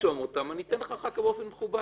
תרשום אותן ואני אתן לך אחר כך באופן מכובד.